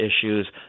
issues